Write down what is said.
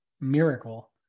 miracle